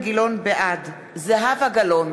בעד זהבה גלאון,